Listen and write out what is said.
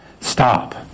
Stop